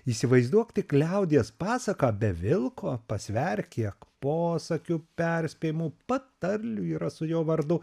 įsivaizduok tik liaudies pasaką be vilko pasverk kiek posakių perspėjimų patarlių yra su jo vardu